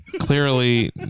clearly